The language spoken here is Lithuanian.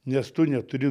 nes tu neturi